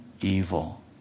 evil